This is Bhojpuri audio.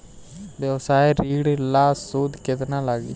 व्यवसाय ऋण ला सूद केतना लागी?